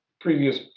previous